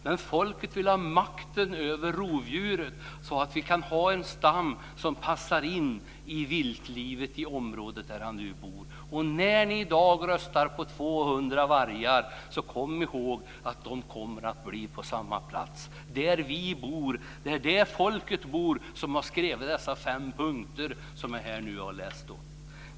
Men folket vill ha makten över rovdjuren så att vi kan ha en stam som passar in i viltlivet i området där vargen nu bor. När ni i dag röstar på 200 vargar, kom då ihåg att de kommer att finnas på samma plats - där vi bor, där det folk bor som har skrivit dessa fem punkter som jag här nu har läst upp.